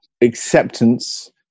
acceptance